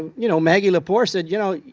you know, maggie la pore said, you know,